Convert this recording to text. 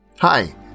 Hi